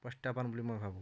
প্ৰত্যাহ্বান বুলি মই ভাবোঁ